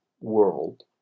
world